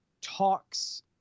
talks